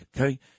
okay